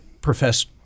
profess